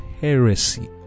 heresy